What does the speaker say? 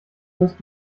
wirst